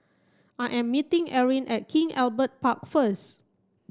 I am meeting Eryn at King Albert Park first